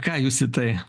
ką jūs į tai